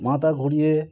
মাথা ঘুরিয়ে